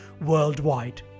worldwide